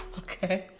okay